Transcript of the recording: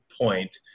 point